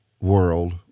world